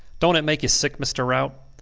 dont it make you sick, mr. rout?